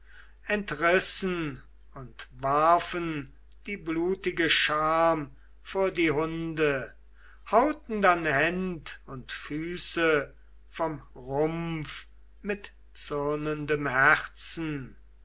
entrissen und warfen die blutige scham vor die hunde hauten dann händ und füße vom rumpf mit zürnendem herzen